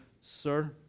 sir